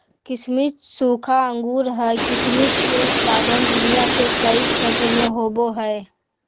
किसमिस सूखा अंगूर हइ किसमिस के उत्पादन दुनिया के कई क्षेत्र में होबैय हइ